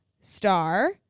star